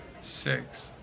Six